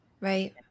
Right